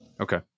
Okay